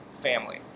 family